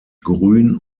grün